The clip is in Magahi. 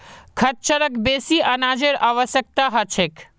खच्चरक बेसी अनाजेर आवश्यकता ह छेक